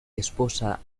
esposa